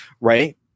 right